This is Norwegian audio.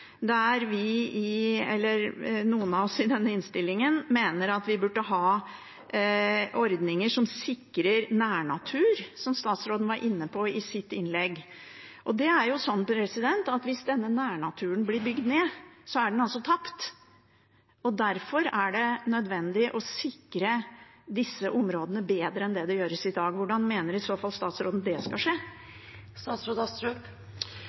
noen av oss at vi burde ha ordninger som sikrer nærnatur, som statsråden var inne på i sitt innlegg. Hvis denne nærnaturen blir bygd ned, er den altså tapt. Derfor er det nødvendig å sikre disse områdene bedre enn det gjøres i dag. Hvordan mener i så fall statsråden det skal skje?